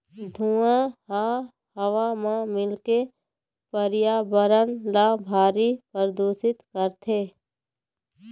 धुंआ ह हवा म मिलके परयाबरन ल भारी परदूसित करथे